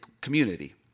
community